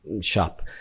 shop